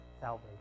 salvation